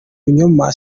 binyoma